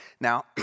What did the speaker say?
Now